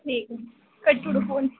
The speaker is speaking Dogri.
ठीक ऐ कट्टी ओड़ो फोन